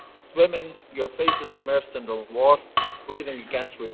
swimming, your face is immersed underwater, breathing against